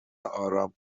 آرام